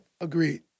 Agreed